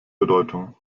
bedeutung